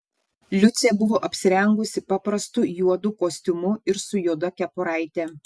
liucė buvo apsirengusi paprastu juodu kostiumu ir su juoda kepuraite